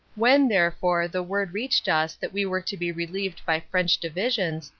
when therefore the word reached us that we were to be relieved by french divisions,